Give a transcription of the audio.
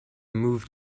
move